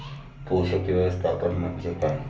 पोषक व्यवस्थापन म्हणजे काय?